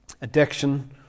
addiction